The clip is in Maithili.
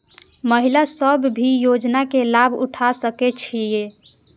महिला सब भी योजना के लाभ उठा सके छिईय?